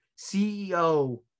ceo